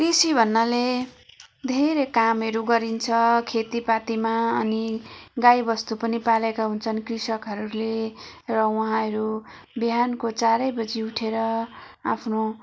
कृषि भन्नाले धेरै कामहरू गरिन्छ खेतीपातीमा अनि गाई बस्तु पनि पालेका हुन्छन् कृषकहरूले र उहाँहरू बिहानको चारैबजी उठेर आफ्नो